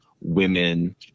women